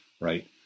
right